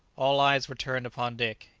all eyes were turned upon dick.